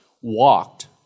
walked